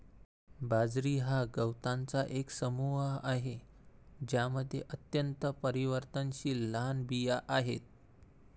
बाजरी हा गवतांचा एक समूह आहे ज्यामध्ये अत्यंत परिवर्तनशील लहान बिया आहेत